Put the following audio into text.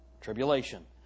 tribulation